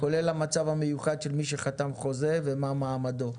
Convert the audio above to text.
כולל המצב המיוחד של מי שחתם חוזה ומה מעמדו.